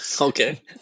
Okay